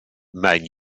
mijn